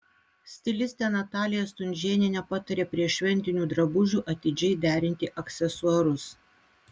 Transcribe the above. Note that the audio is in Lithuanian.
stilistė natalija stunžėnienė pataria prie šventinių drabužių atidžiai derinti aksesuarus